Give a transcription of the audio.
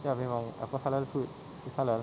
ya memang apa halal food it's halal